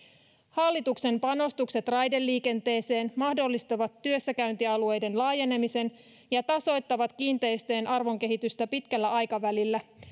hallituksen panostukset raideliikenteeseen mahdollistavat työssäkäyntialueiden laajenemisen ja tasoittavat kiinteistöjen arvonkehitystä pitkällä aikavälillä